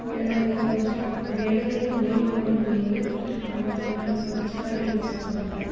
ಇವೆಲ್ಲ ಬೇಕಾದಷ್ಟು ಬೇಡದೇ ಇರುವ ಮೇವುಗಳನ್ನು ಮೇಯ್ದು ನಮ್ಮ ತೋಟವನ್ನು ಸ್ವಚ್ಛವಾಗಿರಿಸಿಕೊಳ್ಳುತ್ತೆ